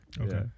Okay